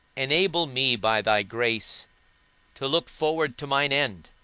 enable me by thy grace to look forward to mine end,